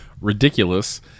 ridiculous